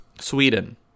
Sweden